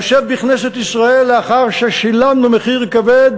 היושב בכנסת ישראל לאחר ששילמנו מחיר כבד